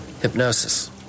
Hypnosis